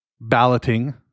balloting